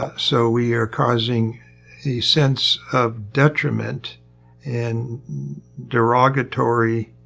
ah so, we are causing a sense of detriment and derogatory